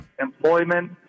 employment